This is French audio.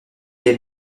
des